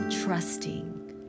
trusting